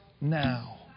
now